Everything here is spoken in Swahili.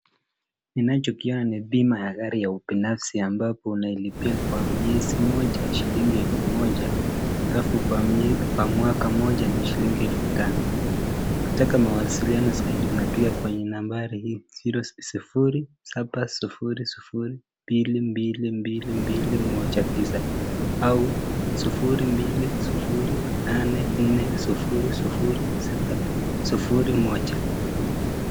Ninacho kiona ni bima ya gari ya ubinafsi ambapo unailipia kwa miezi moja shilingi elfu moja alafu kwa mwaka moja ni shilingi elfu tano. Ukitaka mawasiliano zaidi unapiga kwa nambari hii, sufuri saba sufuri sufuri mbili mbili mbili mbili moja tisa au sufuri mbili sufuri nane nne sufuri sufuri sita sufuri moja.